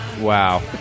Wow